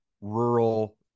rural